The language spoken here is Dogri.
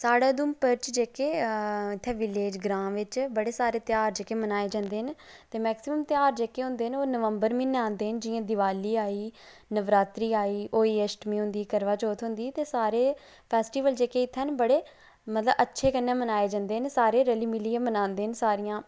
साढ़े उधमपुर च जेहके इत्थै विलेज ग्रां बिच बड़े सारे ध्यार जेह्के मनाए जंदे न ते मैक्सीमम ध्यार जेहके हुंदे न ओह् नवंबर म्हीने आंदे न जियां दिवाली आई गेई नवरात्रि आई गेई होई अष्टमी हुंदी करवाचौथ ते सारे फेस्टिवल जेहके इत्थे न बड़े मतलब अच्छे कन्ने मनाए जंदे न सारे रली मिलियै मनांदे न सारियां